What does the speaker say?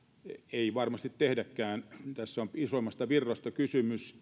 ei niin varmasti tehdäkään tässä on isommista virroista kysymys